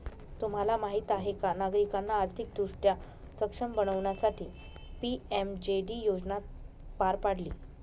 तुम्हाला माहीत आहे का नागरिकांना आर्थिकदृष्ट्या सक्षम बनवण्यासाठी पी.एम.जे.डी योजना पार पाडली